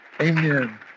Amen